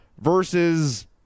versus